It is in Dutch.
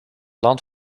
land